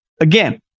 Again